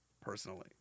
personally